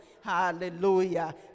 Hallelujah